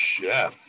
chef